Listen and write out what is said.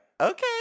Okay